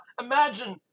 imagine